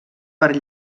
per